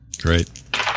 Great